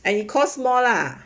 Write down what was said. and it costs more lah